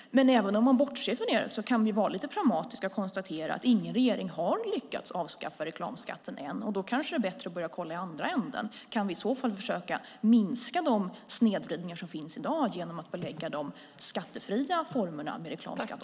Men även om man bortser från det kan vi vara lite pragmatiska och konstatera att ingen regering har lyckats avskaffa reklamskatten än. Då kanske det är bättre att börja kolla i andra ändan och se om vi kan försöka minska de snedvridningar som finns i dag genom att belägga också de skattefria formerna med reklamskatt.